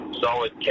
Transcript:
Solid